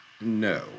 No